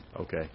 Okay